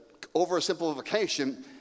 oversimplification